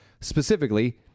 specifically